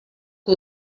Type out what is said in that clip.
que